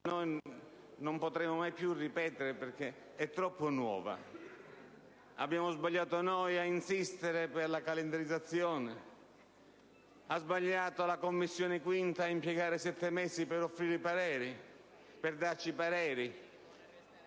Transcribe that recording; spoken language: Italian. noi non potremo più ripetere perché è troppo nuova. Abbiamo sbagliato noi a insistere per la calenderizzazione? Ha sbagliato la Commissione bilancio a impiegarci sette mesi per darci i pareri? Si è creata